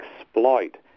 exploit